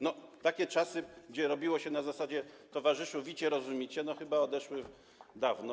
No, takie czasy, gdzie robiło się na zasadzie: towarzyszu, wicie, rozumicie, chyba odeszły dawno.